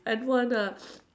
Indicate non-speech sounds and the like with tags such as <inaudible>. and one ah <noise>